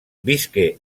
visqué